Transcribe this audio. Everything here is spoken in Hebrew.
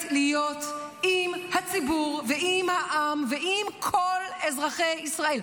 להיות עם הציבור ועם העם ועם כל אזרחי ישראל,